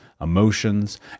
emotions